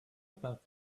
about